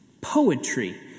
poetry